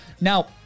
Now